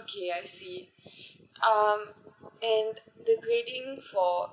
okay I see um and the grading for